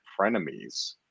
frenemies